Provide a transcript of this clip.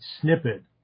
snippet